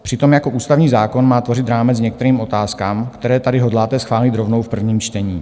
Přitom jako ústavní zákon má tvořit rámec k některým otázkám, které tady hodláte schválit rovnou v prvním čtení.